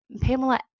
Pamela